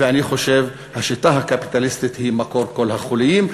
ואני חושב שהשיטה הקפיטליסטית היא מקור כל החוליים,